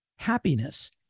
Happiness